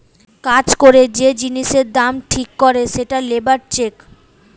কাজ করে যে জিনিসের দাম ঠিক করে সেটা লেবার চেক